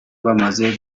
bamaze